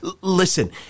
Listen